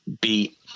beat